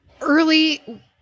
early